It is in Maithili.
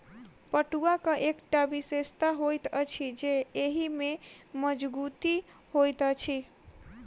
पटुआक एकटा विशेषता होइत अछि जे एहि मे मजगुती होइत अछि